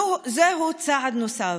זהו צעד נוסף,